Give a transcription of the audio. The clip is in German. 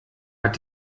hat